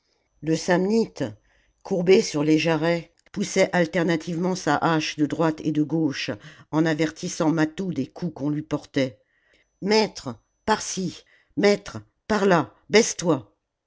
le samnite courbé sur les jarrets poussait alternativement sa hache de droite et de gauche en avertissant mâtho des coups qu'on lui portait maître par-ci par-là baisse-toi